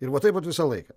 ir va taip visą laiką